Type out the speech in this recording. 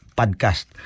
podcast